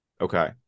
Okay